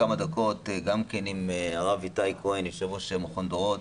כמה דקות גם עם הרב איתי כהן יו"ר מכון דורות